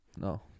No